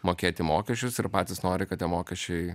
mokėti mokesčius ir patys nori kad tie mokesčiai